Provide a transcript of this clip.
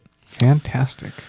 fantastic